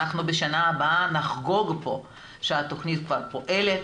שבשנה הבאה אנחנו נחגוג פה שהתוכנית כבר פועלת